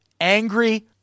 angry